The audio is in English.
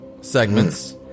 segments